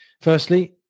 Firstly